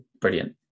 Brilliant